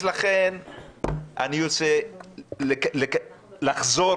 לכן אני רוצה לחזור